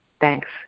Thanks